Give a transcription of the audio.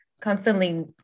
constantly